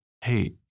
Hey